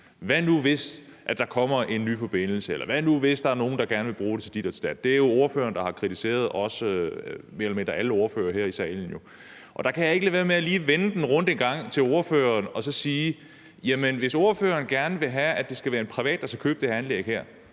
Hvad nu, hvis der kommer en ny forbindelse, eller hvad nu, hvis der er nogen, der gerne vil bruge det til dit og dat. Det er ordføreren, der har kritiseret, og mere eller mindre alle ordførere her i salen. Og der kan jeg ikke lade være med lige at vende den rundt engang til ordføreren og sige: Jamen hvis ordføreren gerne vil have, at det skal være en privat, der skal købe det anlæg her,